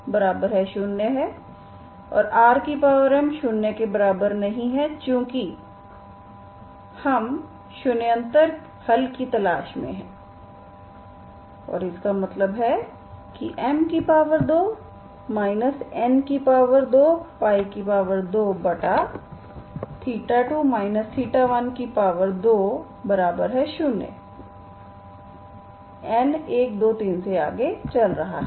और rm≠0 चूंकि हम शून्येतर हल की तलाश में हैं और इसका मतलब है कि m2 n222 120 n 1 2 3 से आगे चल रहा है